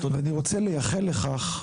אני רוצה לייחל לכך,